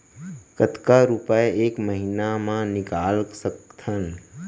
कतका रुपिया एक महीना म निकाल सकथन?